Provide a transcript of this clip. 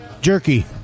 jerky